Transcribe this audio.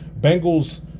Bengals